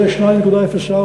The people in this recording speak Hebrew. זה 2.04